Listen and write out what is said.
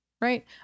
right